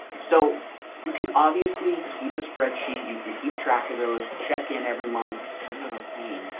so you can obviously keep a spreadsheet, you can keep track of those check in every month to kind of a pain.